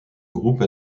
groupe